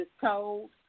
told